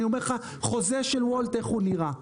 אני אומר לך חוזה של וולט איך הוא נראה.